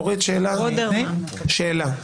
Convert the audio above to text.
אורית, שאלה?